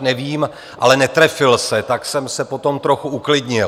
Nevím, ale netrefil se, tak jsem se potom trochu uklidnil.